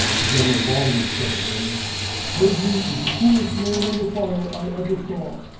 general baldwin said of him pershing is the coolest man under fire i ever saw.